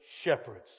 shepherds